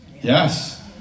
Yes